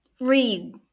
read